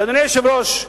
אדוני היושב-ראש,